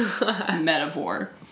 metaphor